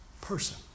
person